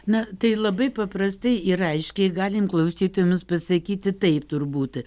na tai labai paprastai ir aiškiai galim klausytojams pasakyti taip turbūt